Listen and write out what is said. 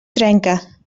trenca